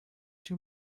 too